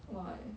why